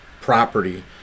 property